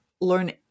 learn